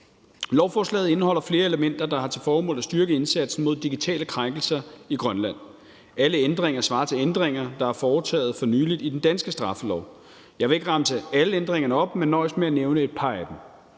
Lovforslaget indeholder flere elementer, der har til formål at styrke indsatsen mod digitale krænkelser i Grønland. Alle ændringer svarer til ændringer, der er foretaget for nylig i den danske straffelov. Jeg vil ikke remse alle ændringerne op, men nøjes med at nævne et par af dem: